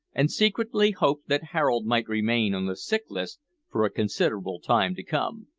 and secretly hoped that harold might remain on the sick-list for a considerable time to come.